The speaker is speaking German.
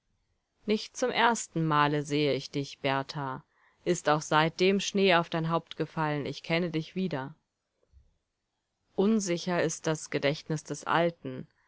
nicht zum ersten male sehe ich dich berthar ist auch seitdem schnee auf dein haupt gefallen ich kenne dich wieder unsicher ist das gedächtnis des alten